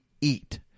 eat